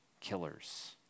killers